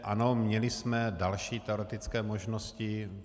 Ano, měli jsme další teoretické možnosti.